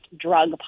drug